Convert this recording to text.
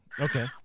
Okay